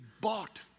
bought